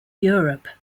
europe